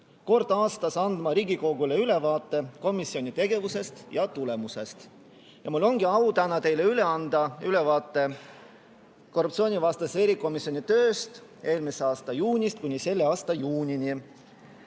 kord aastas andma Riigikogule ülevaate komisjoni tegevusest ja tulemustest. Mul ongi au täna teile üle anda ülevaade korruptsioonivastase erikomisjoni tööst eelmise aasta juunist kuni selle aasta juunini.